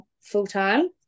full-time